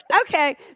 Okay